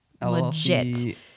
legit